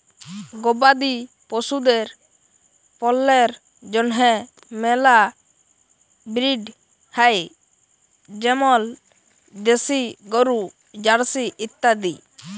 গবাদি পশুদের পল্যের জন্হে মেলা ব্রিড হ্য় যেমল দেশি গরু, জার্সি ইত্যাদি